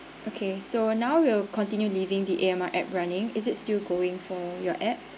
okay so now we'll continue leaving the A_M_R app running is it still going for your app